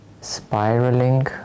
spiraling